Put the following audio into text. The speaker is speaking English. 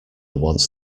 wants